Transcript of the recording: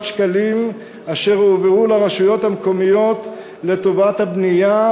שקלים אשר הועברו לרשויות המקומיות לטובת הבנייה,